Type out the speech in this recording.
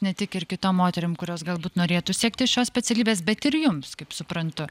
ne tik ir kitom moterim kurios galbūt norėtų siekti šios specialybės bet ir jums kaip suprantu